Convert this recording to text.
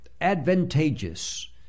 advantageous